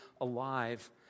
alive